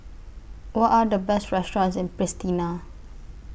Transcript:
What Are The Best restaurants in Pristina